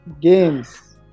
games